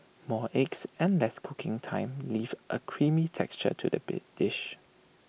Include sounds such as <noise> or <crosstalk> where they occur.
more eggs and less cooking time leave A creamy texture to the <unintelligible> dish